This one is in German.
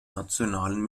nationalen